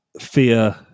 fear